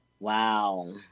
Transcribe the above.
Wow